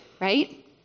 right